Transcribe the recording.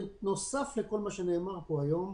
בנוסף לכל מה שנאמר פה היום,